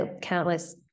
countless